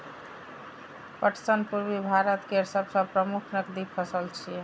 पटसन पूर्वी भारत केर सबसं प्रमुख नकदी फसल छियै